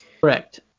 correct